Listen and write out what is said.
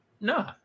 no